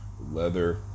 leather